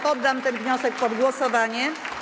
Poddam ten wniosek pod głosowanie.